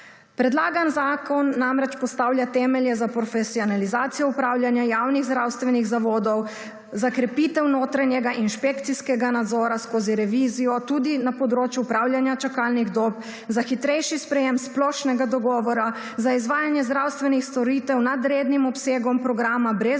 Predlagan zakon namreč postavlja temelje za profesionalizacijo upravljanja javnih zdravstvenih zavodov, za krepitev notranjega inšpekcijskega nadzora skozi revizijo, tudi na področju upravljanja čakalnih dob, za hitrejši sprejem splošnega dogovora, za izvajanje zdravstvenih storitev nad rednim obsegom programa brez